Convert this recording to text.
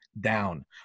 down